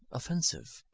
offensive.